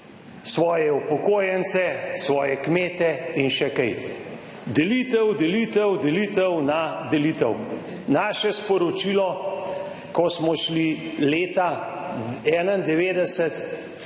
svoje upokojence, svoje kmete in še kaj. Delitev, delitev, delitev na delitev. Naše sporočilo, ko smo šli leta 1991